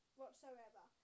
whatsoever